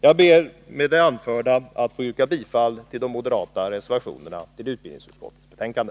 Jag ber att med det anförda få yrka bifall till de moderata reservationerna vid utbildningsutskottets betänkande.